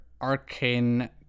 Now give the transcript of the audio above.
arcane